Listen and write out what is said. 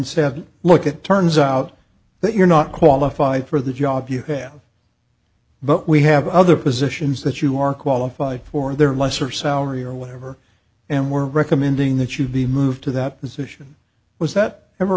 approached look at turns out that you're not qualified for the job you but we have other positions that you are qualified for their lesser salary or whatever and we're recommending that you be moved to that position was that ever